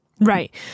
right